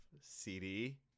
CD